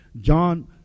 John